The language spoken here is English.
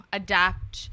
adapt